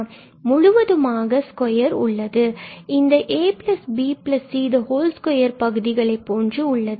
ஏனெனில் முழுவதுமாக ஸ்கொயர் உள்ளது இந்தப் abc2 பகுதிகளைப் போன்று உள்ளது